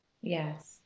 Yes